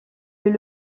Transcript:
est